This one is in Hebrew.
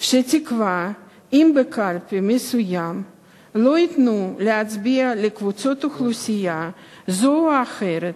שתקבע שאם בקלפי מסוימת לא ייתנו להצביע לקבוצת אוכלוסייה זאת או אחרת,